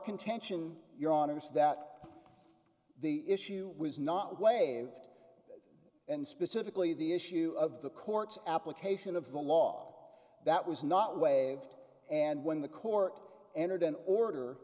contention your honor is that the issue was not waived and specifically the issue of the court's application of the law that was not waived and when the cork entered an order